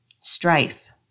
strife